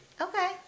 Okay